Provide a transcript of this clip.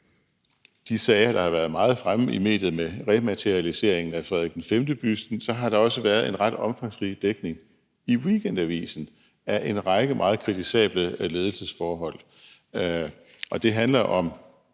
de sager, der har været meget fremme i medierne med rematerialisering af Frederik V-busten, har der også været en ret omfangsrig dækning i Weekendavisen af en række meget kritisable ledelsesforhold. Det handler om,